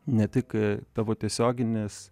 ne tik tavo tiesioginės